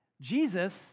Jesus